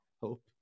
hope